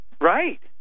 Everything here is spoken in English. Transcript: Right